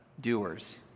doers